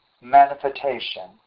manifestation